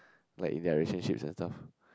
like in their relationships and stuff